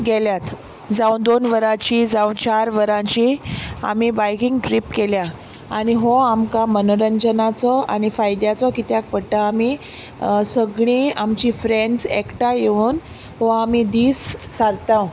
गेल्यात जावं दोन वरांची जावं चार वरांची आमी बायकींग ट्रीप केल्या आनी हो आमकां मनोरंजनाचो आनी फायद्याचो कित्याक पडटा आमी सगळीं आमची फ्रेंड्स एकठांय येवन हो आमी दीस सारतांव